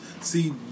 See